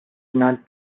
not